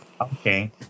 Okay